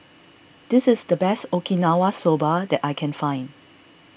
this is the best Okinawa Soba that I can find